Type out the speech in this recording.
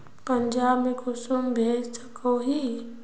पंजाब में कुंसम भेज सकोही?